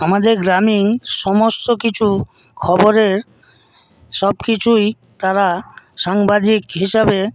আমাদের গ্রামীণ সমস্ত কিছু খবরের সবকিছুই তারা সাংবাদিক হিসাবে